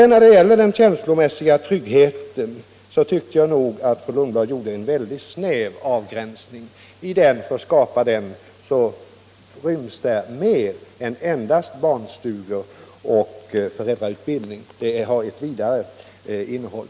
När det gäller den känslomässiga tryggheten tycker jag nog att fru Lundblad gjorde en väldigt snäv avgränsning. För att skapa den fordras mer än endast barnstugor och föräldrautbildning. Begreppet känslomässig trygghet har ett vidare innehåll.